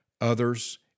others